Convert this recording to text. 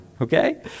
okay